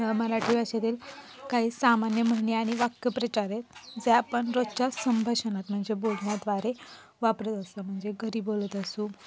मराठी भाषेतील काही सामान्य म्हणी आणि वाक्यप्रचार आहेत जे आपण रोजच्या संभाषणात म्हणजे बोलण्याद्वारे वापरत असतो म्हणजे घरी बोलत असू